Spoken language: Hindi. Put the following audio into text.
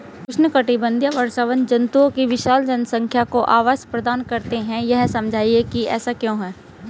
उष्णकटिबंधीय वर्षावन जंतुओं की विशाल जनसंख्या को आवास प्रदान करते हैं यह समझाइए कि ऐसा क्यों है?